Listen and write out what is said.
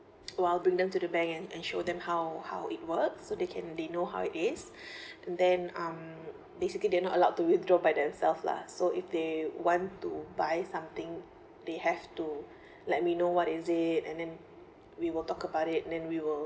while bring them to the bank and and show them how how it works so they can they know how it is and then um basically they are not allowed to withdraw by themself lah so if they want to buy something they have to let me know what is it and then we will talk about it and then we will